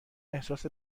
احساس